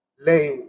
lay